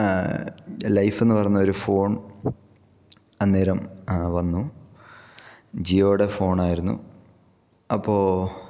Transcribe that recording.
life എന്ന് പറയുന്ന ഒരു ഫോൺ അന്നേരം വന്നു ജിയോയുടെ ഫോണായിരുന്നു അപ്പോൾ